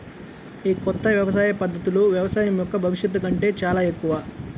ఈ కొత్త వ్యవసాయ పద్ధతులు వ్యవసాయం యొక్క భవిష్యత్తు కంటే చాలా ఎక్కువ